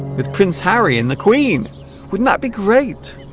with prince harry in the queen wouldn't that be great